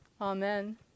Amen